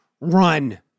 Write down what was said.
run